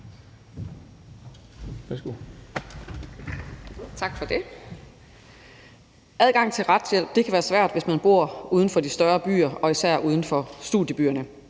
svært med adgang til retshjælp, hvis man bor uden for de større byer, især uden for studiebyerne.